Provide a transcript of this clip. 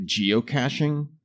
geocaching